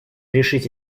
решить